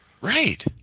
Right